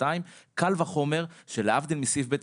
(ב)(2); קל וחומר שלהבדיל מסעיף (ב)(1),